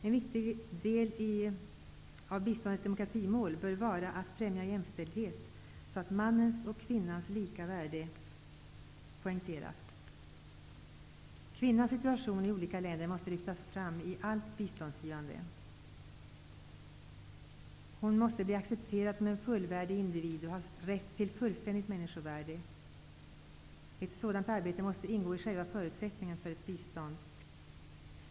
En viktig del i biståndets demokratimål bör vara främjandet av jämställdhet, så att mannens och kvinnans lika värde poängteras. Kvinnans situation i olika länder måste lyftas fram i allt biståndsgivande. Hon måste bli accepterad som en fullvärdig individ och ha rätt till fullständigt männsikovärde. Ett sådant arbete måste ingå i själva förutsättningen för ett bistånd.